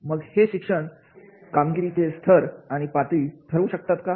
मग हे असे शिक्षण पण कामगिरीचे तर आणि पातळी ठरू शकतात का